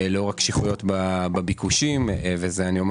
לאור הקשיחות בביקושים וזה אני,